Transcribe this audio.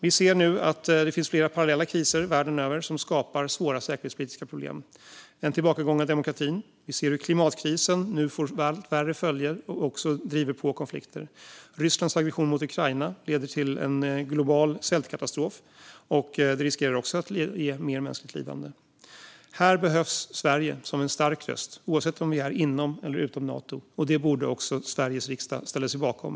Vi ser nu att det finns flera parallella kriser världen över som skapar svåra säkerhetspolitiska problem. En tillbakagång av demokratin pågår. Vi ser hur klimatkrisen får allt värre följder och också driver på konflikter. Rysslands aggression mot Ukraina leder till en global svältkatastrof, och det riskerar också att ge mer mänskligt lidande. Här behövs Sverige som en stark röst, oavsett om vi är inom eller utom Nato. En sådan hållning borde också Sveriges riksdag ställa sig bakom.